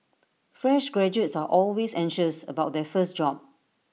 fresh graduates are always anxious about their first job